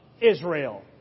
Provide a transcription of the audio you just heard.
Israel